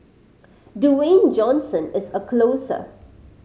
Dwayne Johnson is a closer